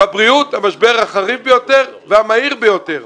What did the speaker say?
בבריאות המשבר החריף ביותר והמהיר ביותר.